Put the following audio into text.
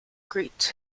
greet